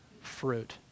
fruit